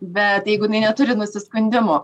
bet jeigu jinai neturi nusiskundimų